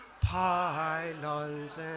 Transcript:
pylons